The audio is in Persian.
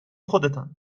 خودتان